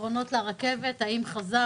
קרונות לרכבת, האם חזר?